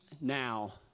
now